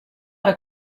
era